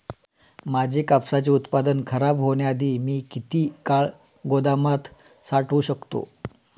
माझे कापसाचे उत्पादन खराब होण्याआधी मी किती काळ गोदामात साठवू शकतो?